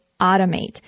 automate